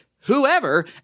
whoever